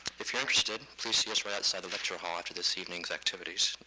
if you're interested, please see us right outside the lecture hall after this evening's activities.